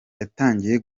yatangiye